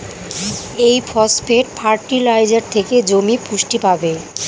এই phosphate fertiliser থেকে জমি পুষ্টি পাবে